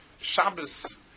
Shabbos